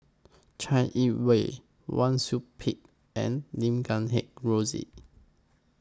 Chai Yee Wei Wang Sui Pick and Lim Guat Kheng Rosie